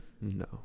No